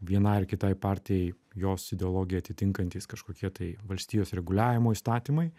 vienai ar kitai partijai jos ideologiją atitinkantys kažkokie tai valstijos reguliavimo įstatymai